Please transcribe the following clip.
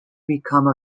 become